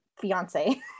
fiance